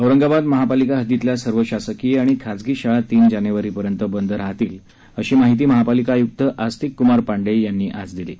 औरंगाबाद महापालिका हददीतल्या सर्व शासकीय आणि खाजगी शाळा तीन जानेवारी पर्यंत बंद राहणार असल्याची माहिती महापालिका आयुक्त आस्तिककुमार पांडेय यांनी आज दिली आहे